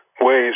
ways